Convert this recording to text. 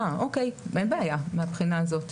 אוקיי, אין בעיה מהבחינה הזאת.